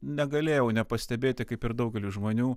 negalėjau nepastebėti kaip ir daugelis žmonių